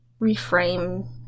reframe